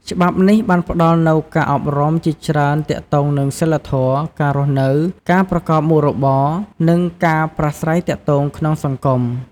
ច្បាប់នេះបានផ្ដល់នូវការអប់រំជាច្រើនទាក់ទងនឹងសីលធម៌ ការរស់នៅ ការប្រកបមុខរបរ និងការប្រាស្រ័យទាក់ទងក្នុងសង្គម។